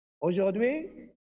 Aujourd'hui